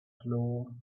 floor